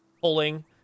pulling